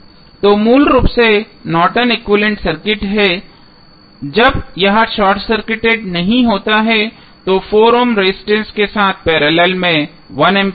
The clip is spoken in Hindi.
तो मूल रूप से Norton equivalent circuit Nortons equivalent circuit है जब यह शॉर्ट सर्किटेड नहीं होता है तो 4 ओम रेजिस्टेंस के साथ पैरेलल में 1 एम्पीयर होगा